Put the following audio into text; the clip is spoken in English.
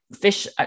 fish